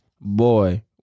boy